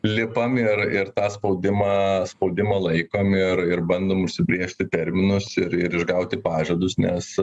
lipam ir ir tą spaudimą spaudimą laikom ir ir bandom užsibrėžti terminus ir ir išgauti pažadus nes